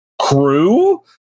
crew